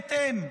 בהתאם.